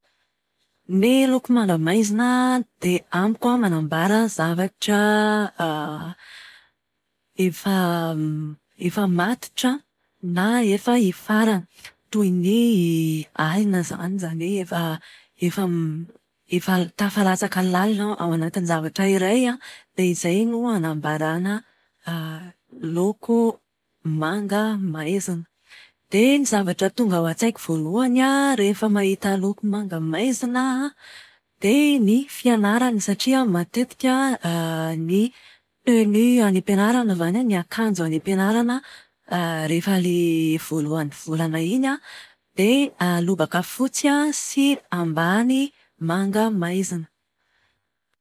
Ny loko manga maizina dia amiko an manambara zavatra efa efa matotra, na efa hifarana. Toy ny alina izany. Izany hoe efa efa efa l- tafalatsaka lalina ao anatin'ny zavatra iray an, dia izay no hanambaràna loko manga maizina. Dia ny zavatra tonga ao an-tsaiko voalohany an, rehefa mahita loko manga maizina aho an, dia ny fianarana satria matetika ny tenue any am-pianarana izany an, ny akanjo any am-pianarana rehefa ilay voalohan'ny volana iny an, dia lobaka fotsy sy ambany manga maizina.